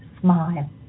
smile